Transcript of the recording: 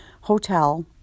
hotel